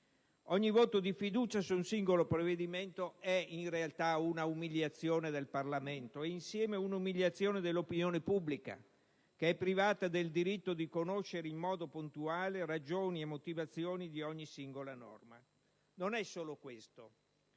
Ogni voto di fiducia su un singolo provvedimento è in realtà una umiliazione del Parlamento e al contempo dell'opinione pubblica, che è privata del diritto di conoscere in modo puntuale ragioni e motivazioni di ogni singola norma. Non è solo questo.